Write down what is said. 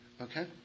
Okay